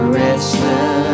restless